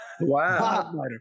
Wow